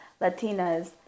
Latinas